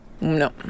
No